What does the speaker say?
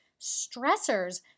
stressors